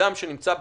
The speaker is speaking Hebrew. אדם שנמצא בסיכון,